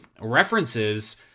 references